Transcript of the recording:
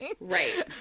Right